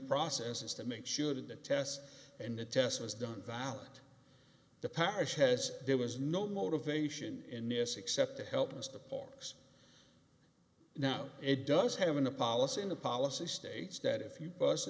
process is to make sure that the test and the test was done valid the parish has there was no motivation in this except to help mr parks now it does have an a policy in the policy states that if you bust a